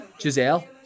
Giselle